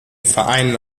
vereinen